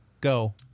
Go